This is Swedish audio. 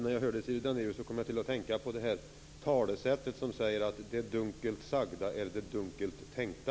När jag hörde Siri Dannaeus kom jag att tänka på det gamla talesättet som säger: Det dunkelt sagda är det dunkelt tänkta.